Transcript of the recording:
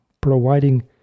providing